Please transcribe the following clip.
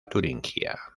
turingia